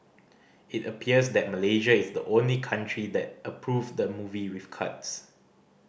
it appears that Malaysia is the only country that approved the movie with cuts